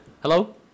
Hello